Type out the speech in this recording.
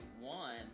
one